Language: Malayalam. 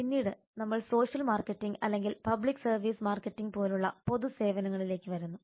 പിന്നീട് നമ്മൾ സോഷ്യൽ മാർക്കറ്റിംഗ് അല്ലെങ്കിൽ പബ്ലിക് സർവീസ് മാർക്കറ്റിംഗ് പോലുള്ള പൊതു സേവനങ്ങളിലേക്ക് വരുന്നു